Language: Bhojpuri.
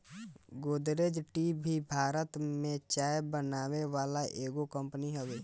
गोदरेज टी भी भारत में चाय बनावे वाला एगो कंपनी हवे